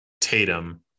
Tatum